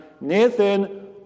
Nathan